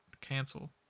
Cancel